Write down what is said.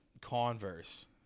Converse